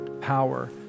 power